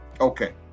Okay